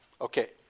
Okay